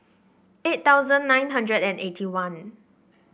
eight thousand nine hundred and eighty one